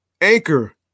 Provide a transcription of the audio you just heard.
Anchor